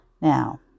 Now